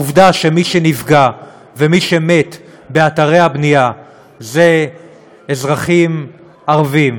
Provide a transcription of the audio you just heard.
העובדה שמי שנפגע ומי שמת באתרי הבנייה זה אזרחים ערבים,